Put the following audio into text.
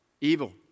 Evil